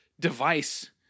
device